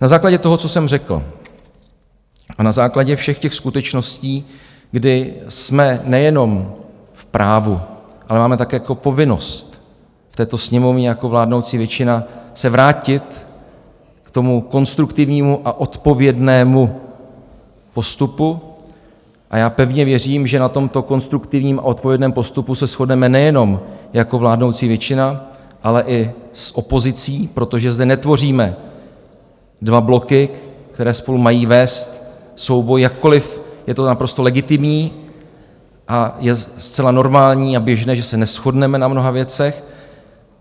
Na základě toho, co jsem řekl, a na základě všech těch skutečností, kdy jsme nejenom v právu, ale máme také povinnost v této Sněmovně jako vládnoucí většina se vrátit k tomu konstruktivnímu a odpovědnému postupu, a já pevně věřím, že na tomto konstruktivním a odpovědném postupu se shodneme nejenom jako vládnoucí většina, ale i s opozicí, protože zde netvoříme dva bloky, které spolu mají vést souboj, jakkoliv je to naprosto legitimní a je zcela normální a běžné, že se neshodneme na mnoha věcech,